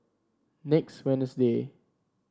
next Wednesday